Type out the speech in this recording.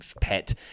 pet